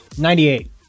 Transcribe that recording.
Ninety-eight